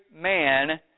man